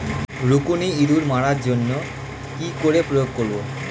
রুকুনি ইঁদুর মারার জন্য কি করে প্রয়োগ করব?